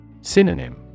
Synonym